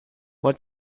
what